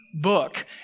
book